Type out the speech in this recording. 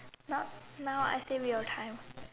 now now I say we got time